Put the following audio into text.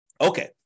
Okay